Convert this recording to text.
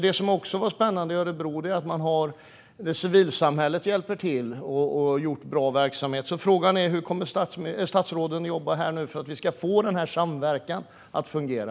Det som också är spännande i Örebro är att civilsamhället hjälper till och har bra verksamhet. Frågan är hur statsrådet nu kommer att jobba för att vi ska få denna samverkan att fungera.